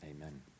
Amen